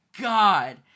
god